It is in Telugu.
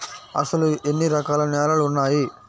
అసలు ఎన్ని రకాల నేలలు వున్నాయి?